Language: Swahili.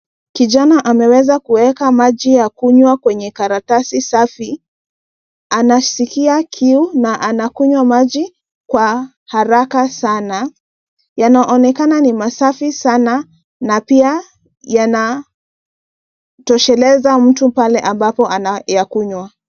Kijana ameweza kuweka maji ya kunywa kwenye karatasi safi . Anasikia kiu na anakunywa maji kwa haraka sana. Yanaonekana ni masafi sana na pia yanatosheleza mtu pale ambapo anayakunywa.